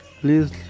please